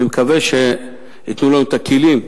אני מקווה שייתנו לנו את הכלים.